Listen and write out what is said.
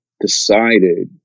decided